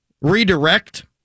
redirect